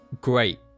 great